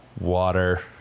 water